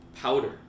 powder